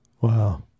Wow